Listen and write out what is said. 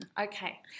Okay